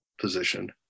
position